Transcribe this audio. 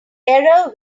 error